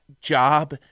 job